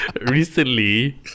Recently